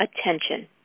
attention